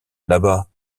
bas